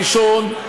אני